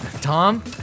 Tom